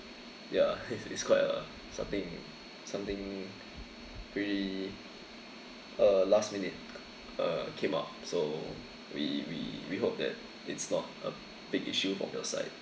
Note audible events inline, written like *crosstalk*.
ya *laughs* it's quite a something something pretty uh last minute uh came up so we we we hope that it's not a big issue from your side